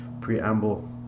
preamble